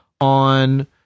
on